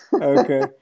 Okay